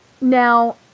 Now